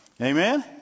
amen